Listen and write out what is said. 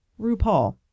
RuPaul